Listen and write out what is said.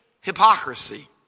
hypocrisy